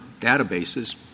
databases